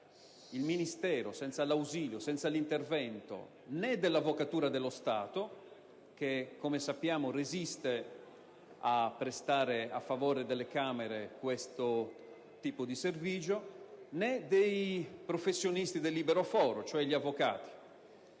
il ministero e senza l'intervento, né dell'Avvocatura dello Stato (che, come sappiamo, resiste a prestare a favore delle Camere questo tipo di servigio) né dei professionisti del libero foro, cioè degli avvocati.